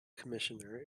commissioner